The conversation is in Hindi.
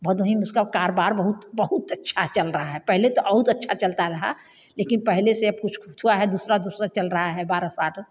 भदोही में उसका कारोबार बहुत बहुत अच्छा चल रहा है पहले तो बहुत अच्छा चलता रहा लेकिन पहले से अब कुछ कुछ हुआ है दूसरा दूसरा चल रहा है बारह साठ